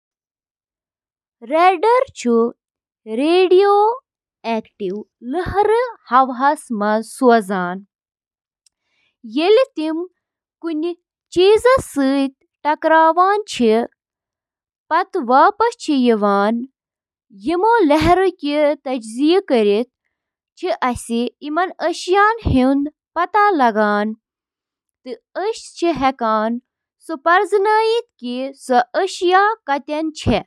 سائیکلٕک اَہَم جُز تہٕ تِم کِتھ کٔنۍ چھِ اِکہٕ وٹہٕ کٲم کران تِمَن منٛز چھِ drive train, crank set, bottom bracket, brakes, wheel تہٕ ٹائر تہٕ باقی۔